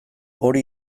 hori